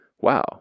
wow